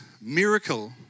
miracle